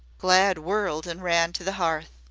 glad whirled and ran to the hearth.